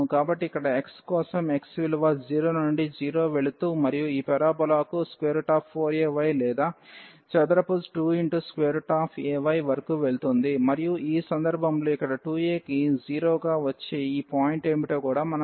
కాబట్టి ఇక్కడ x కోసం x విలువ 0 నుండి 0 వెళుతూ మరియు ఈ పారాబోలాకు 4ay లేదా చదరపు 2ay వరకు వెళుతుంది మరియు ఈ సందర్భంలో ఇక్కడ 2a కి 0 గా వచ్చే ఈ పాయింట్ ఏమిటో కూడా మనం చూడాలి a లోకి 2a